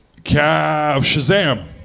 Shazam